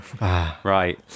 Right